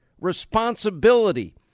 responsibility